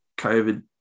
COVID